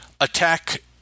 attack